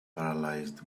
paralysed